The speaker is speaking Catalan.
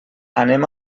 anem